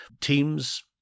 teams